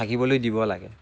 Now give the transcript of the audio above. থাকিবলৈ দিব লাগে